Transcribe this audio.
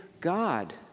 God